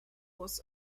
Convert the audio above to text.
was